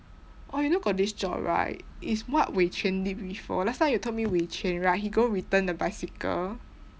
oh you know got this job right it's what wei chuan did before last time you told me wei chuan right he go return the bicycle